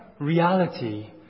reality